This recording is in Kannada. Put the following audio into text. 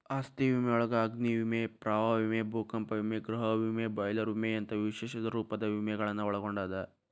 ಆಸ್ತಿ ವಿಮೆಯೊಳಗ ಅಗ್ನಿ ವಿಮೆ ಪ್ರವಾಹ ವಿಮೆ ಭೂಕಂಪ ವಿಮೆ ಗೃಹ ವಿಮೆ ಬಾಯ್ಲರ್ ವಿಮೆಯಂತ ವಿಶೇಷ ರೂಪದ ವಿಮೆಗಳನ್ನ ಒಳಗೊಂಡದ